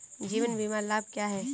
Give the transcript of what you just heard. जीवन बीमा लाभ क्या हैं?